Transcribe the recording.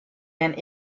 and